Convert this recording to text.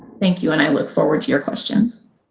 thank you and i look forward to your questions.